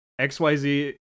XYZ